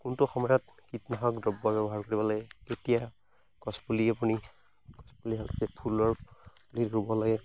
কোনটো সময়ত কীটনাশক দ্ৰব্য ব্যৱহাৰ কৰিব লাগে কেতিয়া গছপুলি আপুনি গছপুলি এনেকৈ ফুলৰ আনি ৰুব লাগে